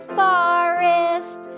forest